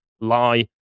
lie